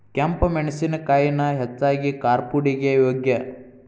ಕೆಂಪ ಮೆಣಸಿನಕಾಯಿನ ಹೆಚ್ಚಾಗಿ ಕಾರ್ಪುಡಿಗೆ ಯೋಗ್ಯ